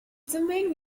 domain